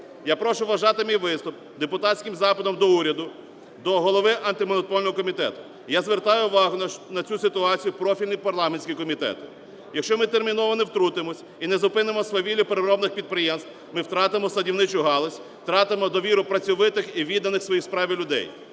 Я прошу вважати мій виступ депутатським запитом до уряду, до голови Антимонопольного комітету. Я звертаю увагу на цю ситуацію профільний парламентський комітет. Якщо ми терміново не втрутимось і не зупинимо свавілля переробних підприємств, ми втратимо садівничу галузь, втратимо довіру працьовитих і відданих своїй справі людей.